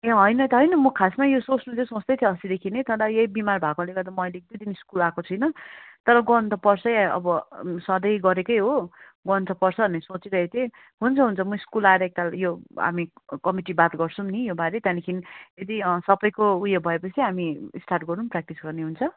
ए होइन त होइन म खासमा यो सोच्नु चाहिँ सोच्दैथेँ अस्तिदेखि नै तर यही बिमार भएकोले गर्दा म अहिले एकदुई दिन स्कुल आएको छुइनँ तर गर्नु त पर्छै अब सधैँ गरेकै हो गर्नु त पर्छ भनेर सोचिरहेको हुन्छ हुन्छ म स्कुल आएर एकताल यो हामी कमिटी बात गर्छौँ नि यो बारे त्यहाँदेखि यदि सबैको उयो भयोपछि हामी स्टार्ट गरौँ प्रेक्टिस गर्ने हुन्छ